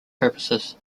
purposes